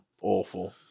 awful